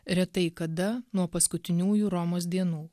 retai kada nuo paskutiniųjų romos dienų